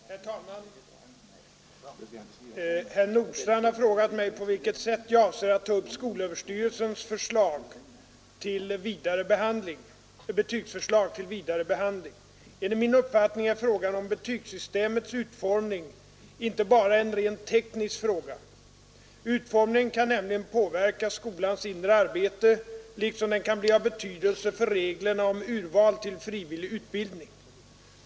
Herr talman! Herr Nordstrandh har frågat mig på vilket sätt jag avser ta upp skolöverstyrelsens betygsförslag till vidare behandling. Enligt min uppfattning är frågan om betygssystemets utformning inte bara en rent teknisk fråga. Utformningen kan nämligen påverka skolans inre arbete liksom den kan bli av betydelse för reglerna om urval till frivillig utbildning.